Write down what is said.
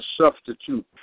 substitute